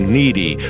needy